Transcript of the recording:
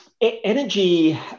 energy